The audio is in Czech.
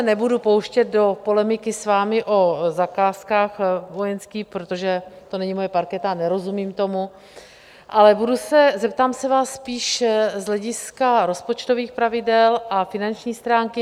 Nebudu se pouštět do polemiky s vámi o zakázkách vojenských, protože to není moje parketa a nerozumím tomu, ale zeptám se vás spíš z hlediska rozpočtových pravidel a finanční stránky.